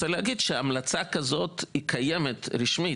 ואני רוצה להוסיף שההמלצה הזאת קיימת באופן רשמי,